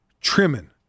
Trimming